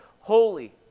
holy